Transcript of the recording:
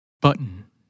Button